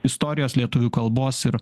istorijos lietuvių kalbos ir